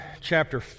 chapter